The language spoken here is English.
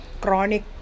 chronic